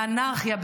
באנרכיה,